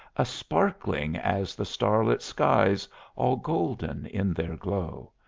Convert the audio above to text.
a-sparkling as the star-lit skies all golden in their glow.